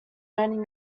learning